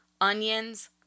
onions